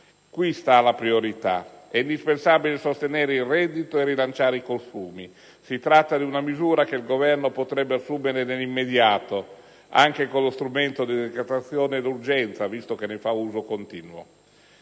Qui sta la priorità. È indispensabile sostenere il reddito e rilanciare i consumi. Si tratta di una misura che il Governo potrebbe assumere nell'immediato, anche con lo strumento della decretazione d'urgenza, visto che ne fa uso continuo.